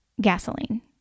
gasoline